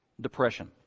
depression